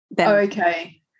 Okay